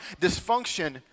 Dysfunction